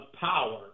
power